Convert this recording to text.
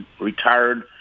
retired